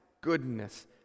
goodness